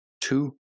two